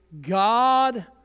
God